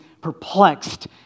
perplexed